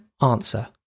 answer